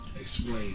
explain